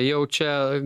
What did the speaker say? jau čia